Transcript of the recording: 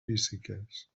físiques